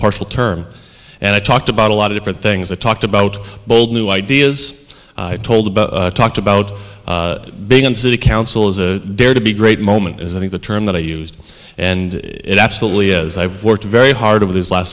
partial term and i talked about a lot of different things i talked about bold new ideas i told about talked about being in city council as a dare to be great moment is i think the term that i used and it absolutely is i've worked very hard of these last